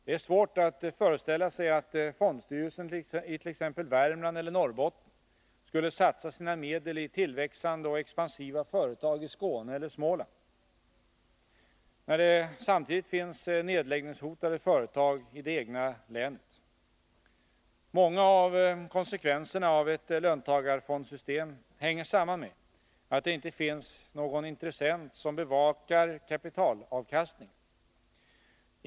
Det är svårt att föreställa sig att fondstyrelsen i t.ex. Värmland eller Norrbotten skulle satsa sina medel i tillväxande och expansiva företag i Skåne eller Sörmland, när det samtidigt finns nedläggningshotade företag i det egna länet. Många av konsekvenserna av ett löntagarfondssystem hänger samman med att det inte finns någon intressent som bevakar kapitalavkastningen.